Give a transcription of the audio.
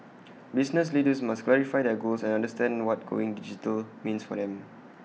business leaders must clarify their goals and understand what going digital means for them